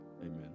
Amen